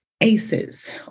ACEs